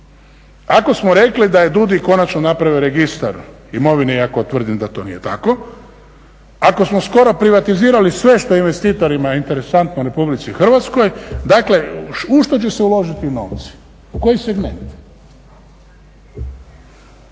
Ako smo rekli da je DUDI konačno napravio registar imovine, iako tvrdim da to nije tako, ako smo skoro privatizirali sve što je investitorima interesantno u Republici Hrvatskoj, dakle u što će se uložiti novci, u koji segment.